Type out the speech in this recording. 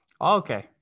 Okay